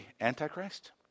Antichrist